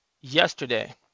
yesterday